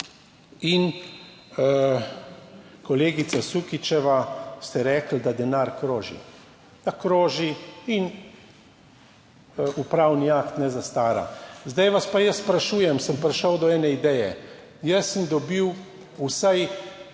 In kolegica Sukičeva ste rekli, da denar kroži. Da kroži in upravni akt ne zastara. Zdaj vas pa jaz sprašujem, sem prišel do ene ideje. Jaz sem dobil vsaj